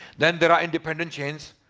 then there are independent chains.